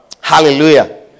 Hallelujah